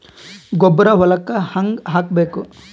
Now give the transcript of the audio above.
ಗೊಬ್ಬರ ಹೊಲಕ್ಕ ಹಂಗ್ ಹಾಕಬೇಕು?